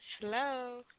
Hello